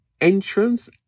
entrance